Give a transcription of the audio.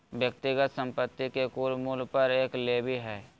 व्यक्तिगत संपत्ति के कुल मूल्य पर एक लेवी हइ